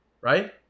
Right